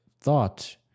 thought